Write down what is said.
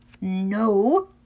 No